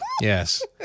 Yes